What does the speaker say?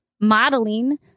modeling